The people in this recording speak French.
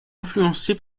influencé